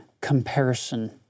comparison